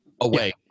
away